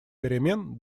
перемен